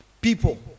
people